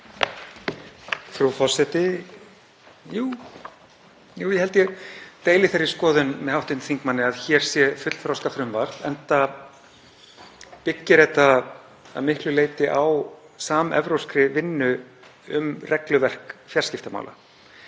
Frú forseti. Jú, ég held að ég deili þeirri skoðun með hv. þingmanni að hér sé fullþroskað frumvarp enda byggir það að miklu leyti á samevrópskri vinnu um regluverk fjarskiptamála.